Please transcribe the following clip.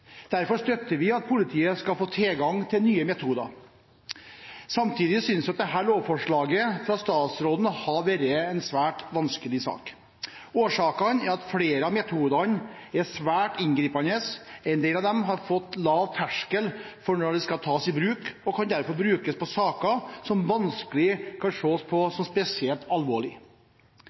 Derfor støtter vi at politiet skal få tilgang til nye metoder. Samtidig synes vi at dette lovforslaget fra statsråden har vært en svært vanskelig sak. Årsaken er at flere av metodene er svært inngripende. En del av dem har fått lav terskel for når de kan tas i bruk, og kan derfor brukes i saker som vanskelig kan ses på som spesielt